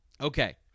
Okay